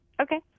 okay